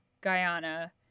Guyana